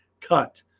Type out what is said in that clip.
cut